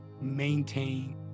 maintain